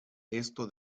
esto